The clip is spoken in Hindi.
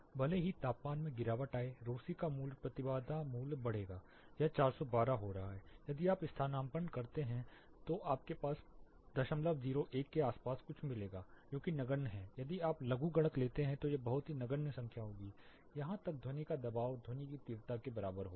भले ही तापमान में गिरावट आए ρC का मूल्य प्रतिबाधा मूल्य बढ़ेगा यह 412 हो रहा है यदि आप स्थानापन्न करते हैं तो आपको 001 के आसपास कुछ मिलेगा जो कि नगण्य है यदि आप लघुगणक लेते हैं तो यह एक बहुत ही नगण्य संख्या होगी यहां तक ध्वनि का दबाव ध्वनि की तीव्रता के बराबर होगा